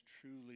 truly